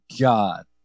God